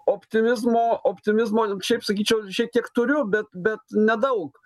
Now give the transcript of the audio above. optimizmo optimizmo šiaip sakyčiau šiek tiek turiu bet bet nedaug